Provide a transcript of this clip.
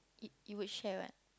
it it would share what